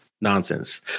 nonsense